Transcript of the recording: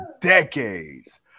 decades